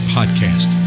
Podcast